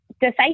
decisive